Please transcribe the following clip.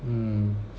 mm